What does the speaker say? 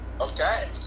Okay